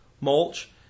mulch